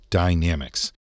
dynamics